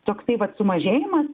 toksai vat sumažėjimas